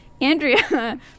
Andrea